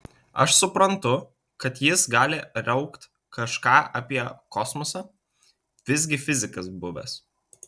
aš suprantu kad jis gali raukt kažką apie kosmosą visgi fizikas buvęs